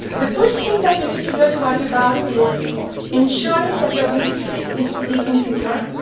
the first thing that you need to really worry about is ensuring that your vpc is safe and secure.